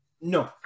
No